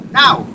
now